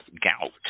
gout